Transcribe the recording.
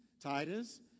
Titus